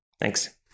thanks